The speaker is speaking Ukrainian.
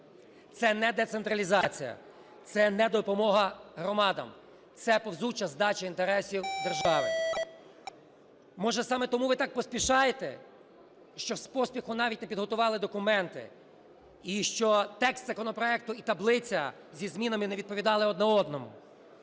Це не децентралізація, це не допомога громадам – це повзуча здача інтересів держави. Може, саме тому ви так поспішаєте, що з поспіху навіть не підготували документи і що текст законопроекту і таблиця зі змінами не відповідали одне одному.